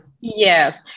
Yes